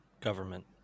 government